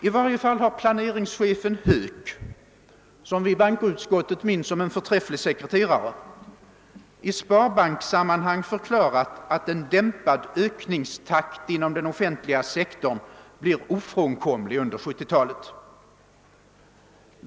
I varje fall har planeringschefen Höök — som vi i bankoutskottet minns som en förträfflig sekreterare — i sparbankssammanhang förklarat att en dämpad ökningstakt inom den offentliga sektorn blir ofrånkomlig under 1970 talet.